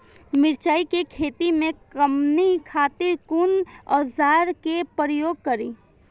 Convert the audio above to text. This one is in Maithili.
मिरचाई के खेती में कमनी खातिर कुन औजार के प्रयोग करी?